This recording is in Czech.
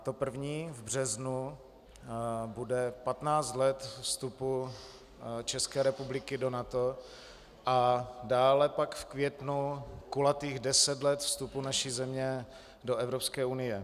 To první v březnu bude 15 let vstupu České republiky do NATO a dále pak v květnu kulatých deset let vstupu naší země do Evropské unie.